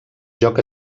joc